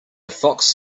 fox